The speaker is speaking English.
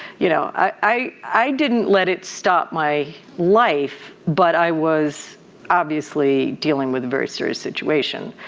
you know i i didn't let it stop my life but i was obviously dealing with a very serious situation.